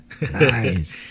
Nice